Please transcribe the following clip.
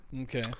Okay